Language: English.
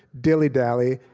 dillydally,